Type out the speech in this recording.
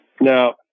Now